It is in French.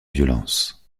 violence